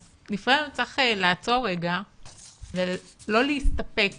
אז לפעמים צריך לעצור רגע ולא להסתפק